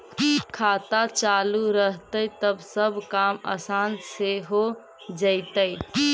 खाता चालु रहतैय तब सब काम आसान से हो जैतैय?